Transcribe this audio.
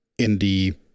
indie